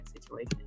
situation